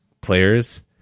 players